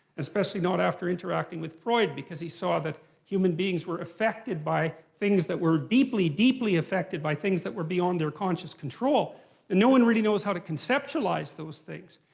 especially not after interacting with freud. because he saw that human beings were affected by things that were deeply, deeply affected by things that were beyond their conscious control. an no one really knows how to conceptualize those things.